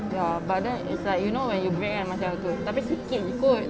ya but then it's like you know when you macam gitu tapi sikit jer kot